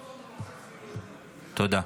תודה.